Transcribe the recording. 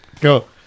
Go